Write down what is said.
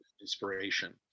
inspiration